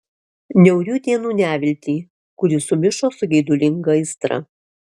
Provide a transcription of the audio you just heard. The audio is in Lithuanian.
niaurių dienų neviltį kuri sumišo su geidulinga aistra